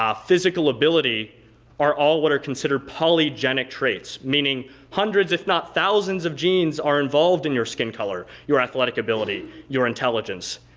physical ability are all what are considered polygenic traits. meaning hundreds if not thousands of genes are involved in your skin color, your athletic ability, your intelligence,